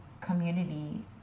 community